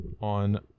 on